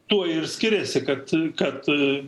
tuo ir skiriasi kad kad